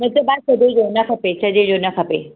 न त भाउ छॾे ॾियो न खपे छॾे ॾियो न खपे